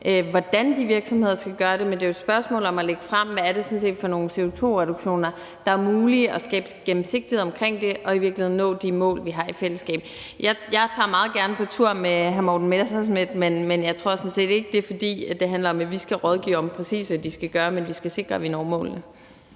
hvordan de virksomheder skal gøre det, men det er et spørgsmål om at lægge frem, hvad det er for nogle CO2-reduktioner, der er mulige, og skabe gennemsigtighed om det og i virkeligheden nå de mål, vi har i fællesskab. Jeg tager meget gerne på tur med hr. Morten Messerschmidt, men jeg tror sådan set ikke, det handler om, at vi skal rådgive om, præcis hvad de skal gøre. Men vi skal sikre, at vi når målene.